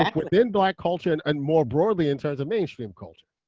like within black culture and and more broadly in terms of mainstream culture.